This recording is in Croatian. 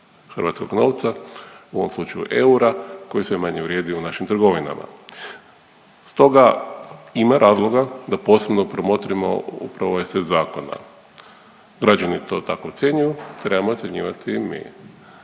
hrvatskog novca u ovom slučaju eura koji sve manje vrijedi u našim trgovinama. Stoga ima razloga da posebno promotrimo upravo ovaj set zakona. Građani to tako ocjenjuju, trebamo ocjenjivati i mi.